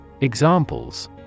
Examples